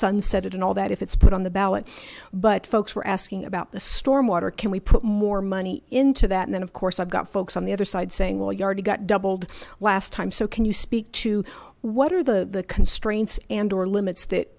sunset it and all that if it's put on the ballot but folks were asking about the storm water can we put more money into that and then of course i've got folks on the other side saying well you already got doubled last time so can you speak to what are the the constraints andor limits that